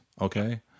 Okay